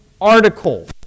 article